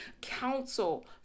counsel